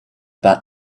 that